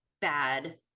Bad